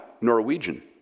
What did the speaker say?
Norwegian